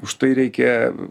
už tai reikia